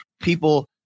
people